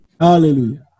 hallelujah